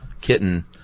kitten